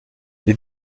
les